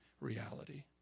reality